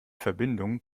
verbindung